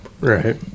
right